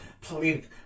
please